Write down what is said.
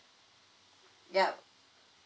yup